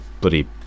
bloody